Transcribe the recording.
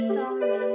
sorry